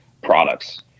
products